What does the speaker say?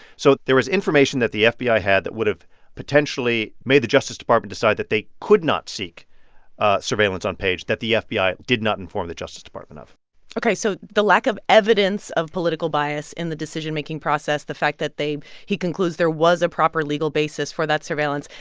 so there was information that the fbi had that would have potentially made the justice department decide that they could not seek ah surveillance on page that the fbi did not inform the justice department of ok. so the lack of evidence of political bias in the decision-making process, the fact that they he concludes there was a proper legal basis for that surveillance,